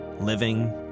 Living